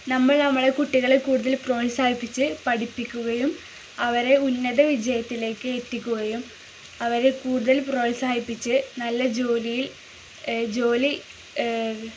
നമ്മൾ നമ്മളെ കുട്ടികളെ കൂടുതൽ പ്രോത്സാഹിപ്പിച്ചു പഠിപ്പിക്കുകയും അവരെ ഉന്നത വിജയത്തിലേക്ക് എത്തിക്കുകയും അവരെ കൂടുതൽ പ്രോത്സാഹിപ്പിച്ചു നല്ല ജോലിയിൽ ജോലി